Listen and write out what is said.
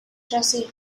jesse